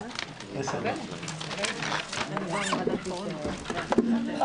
13:50.